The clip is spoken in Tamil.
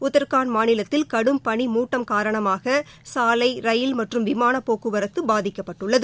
உத்தரக்காண்ட் மாநிலத்தில் கடும் பளி மூட்டம் காரணமாக சாலை ரயில் மற்றும் விமான போக்குவரத்து பாதிக்கப்பட்டுள்ளது